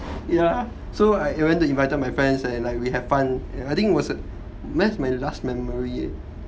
ya so I went to invited my friends and like we have fun and I think was a that's my last memory eh